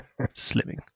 slimming